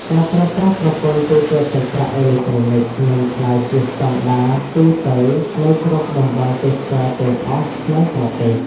ការប្រើប្រាស់ប្រព័ន្ធទូទាត់សាច់ប្រាក់អេឡិចត្រូនិក នឹងក្លាយជាស្តង់ដារទូទៅនៅគ្រប់តំបន់ទេសចរណ៍ទាំងអស់ក្នុងប្រទេស។